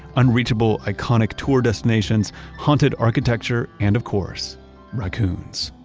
unreachable, iconic tour destinations, haunted architecture, and of course raccoons.